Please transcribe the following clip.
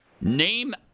Name